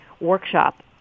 workshop